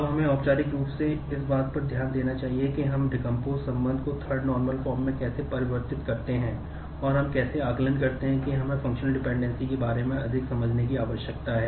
अब हमें औपचारिक रूप से इस बात पर ध्यान देना चाहिए कि हम डेकमपोस के बारे में अधिक समझने की आवश्यकता है